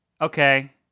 Okay